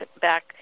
back